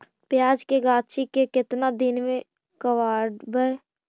प्याज के गाछि के केतना दिन में कबाड़बै?